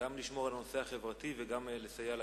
גם לשמור על הנושא החברתי וגם לסייע לקואליציה.